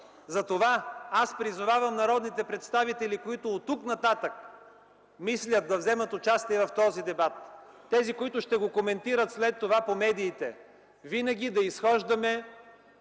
сорт. Призовавам народните представители, които мислят да вземат участие в този дебат, тези, които ще го коментират след това по медиите, винаги да изхождаме